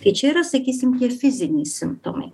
tai čia yra sakysim tie fiziniai simptomai